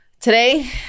Today